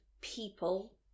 people